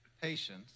patience